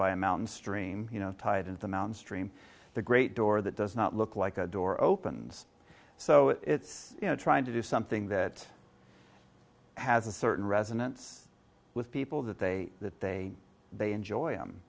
by a mountain stream you know tied into mounds stream the great door that does not look like a door opens so it's you know trying to do something that has a certain resonance with people that they that they they enjoy